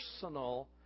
personal